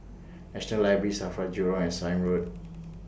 National Library SAFRA Jurong and Sime Road